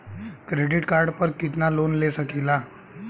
Credit card पर कितनालोन ले सकीला?